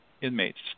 inmates